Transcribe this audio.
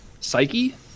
psyche